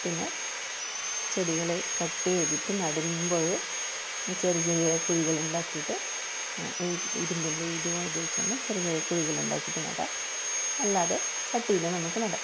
പിന്നെ ചെടികള് കട്ട് ചെയ്തിട്ട് നടുമ്പൊഴ് ചെറി ചെറിയ കുഴികളുണ്ടാക്കിയിട്ട് ഈ ഇരുമ്പിൻ്റെ ഇത് ഉപയോഗിച്ച് തന്നെ ചെറിയ ചെറിയ കുഴികളുണ്ടാക്കിയിട്ട് നടാം അല്ലാതെ ചട്ടിയില് നമുക്ക് നടാം